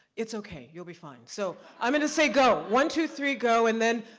it's okay, you'll be fine. so i'm gonna say, go, one, two, three, go and then,